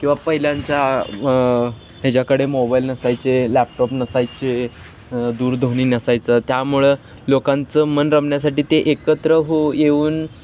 किंवा पहिल्यांच्या ह्याच्याकडे मोबाईल नसायचे लॅपटॉप नसायचे दूरध्वनी नसायचं त्यामुळं लोकांचं मन रमण्यासाठी ते एकत्र हो येऊन